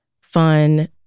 fun